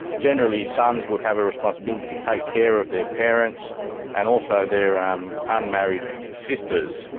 generally sons would have a responsibility to take care of their parents and also their um unmarried sisters,